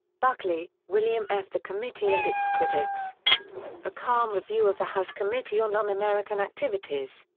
buckley, william f. the committee and its critics a calm review of the house committee on un-american activities.